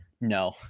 no